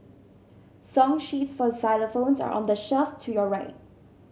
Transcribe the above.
song sheets for xylophones are on the shelf to your right